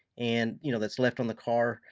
and you know that's left on the car,